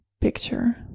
picture